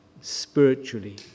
spiritually